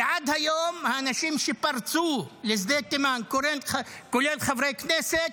ועד היום האנשים שפרצו לשדה תימן, כולל חברי כנסת,